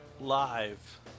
live